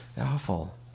awful